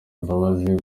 imbabazi